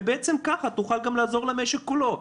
ובעצם ככה תוכל גם לעזור למשק כולו.